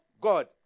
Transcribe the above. God